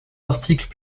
articles